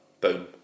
Boom